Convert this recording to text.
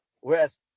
whereas